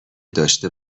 داشته